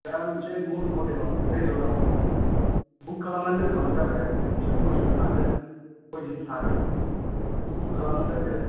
दा नोंसोरो मुन हथेलाव रिजर्दआव बुख खालामनानै दोनखाबानो जाबाय आरो नोंसोर खयजन थागोन खयजन थागोन बेखौ बुख खालामबानो जाबाय आरो